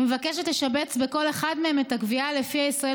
ומבקשת לשבץ בכל אחד מהם את הקביעה שלפיה ישראל